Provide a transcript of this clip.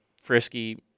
Frisky